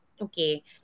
Okay